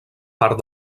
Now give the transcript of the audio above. part